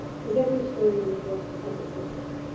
cause every story in the book has a purpose,